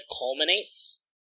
culminates